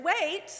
wait